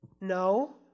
No